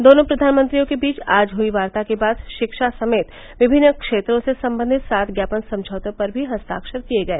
दोनों प्रधानमंत्रियों के बीच आज हई याता के बाद शिक्षा समेत विभिन्न क्षेत्रों से संबंधित सात ज्ञापन समझौतों पर भी हस्ताक्षर किये गए